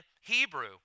Hebrew